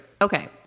Okay